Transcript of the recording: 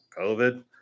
COVID